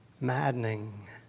maddening